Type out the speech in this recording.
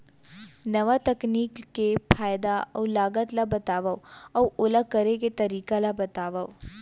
नवा तकनीक के फायदा अऊ लागत ला बतावव अऊ ओला करे के तरीका ला बतावव?